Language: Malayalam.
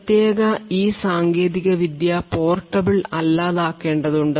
പ്രത്യേക ഈ സാങ്കേതിക വിദ്യ പോർട്ടബിൾ അല്ലാത്തതാക്കേണ്ടതുണ്ട്